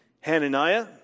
Hananiah